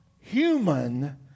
human